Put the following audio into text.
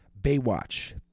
Baywatch